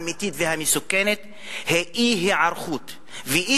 אלא הרעידה האמיתית והמסוכנת היא אי-ההיערכות ואי-המוכנות,